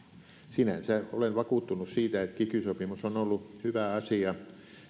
sinänsä olen vakuuttunut siitä että kiky sopimus on ollut hyvä asia